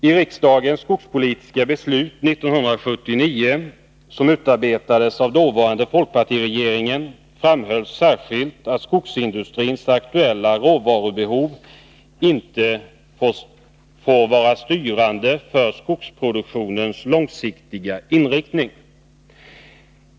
I riksdagens skogspolitiska beslut 1979, som byggde på en proposition utarbetad av den dåvarande folkpartiregeringen, framhölls särskilt att skogsindustrins aktuella råvarubehov inte får vara styrande för skogsproduktionens långsiktiga inriktning.